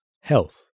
Health